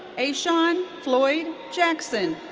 asean floyd jackson.